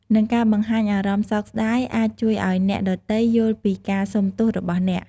និងការបង្ហាញអារម្មណ៍សោកស្ដាយអាចជួយឱ្យអ្នកដទៃយល់ពីការសូមទោសរបស់អ្នក។